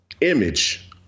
image